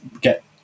get